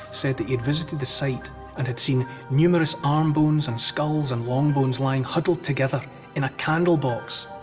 said that he had visited the site and had seen numerous arm bones and skulls and long bones lying huddled together in a candle box.